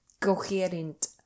coherent